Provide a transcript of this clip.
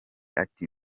ati